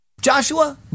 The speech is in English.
Joshua